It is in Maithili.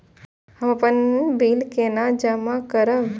हम अपन बिल केना जमा करब?